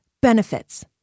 benefits